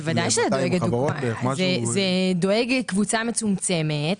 בוודאי זה דואג לקבוצה מצומצמת,